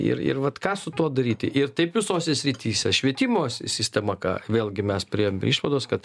ir ir vat ką su tuo daryti ir taip visose srityse švietimo si sistema ką vėlgi mes priėjom prie išvados kad